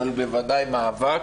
אבל בוודאי מאבק.